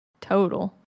total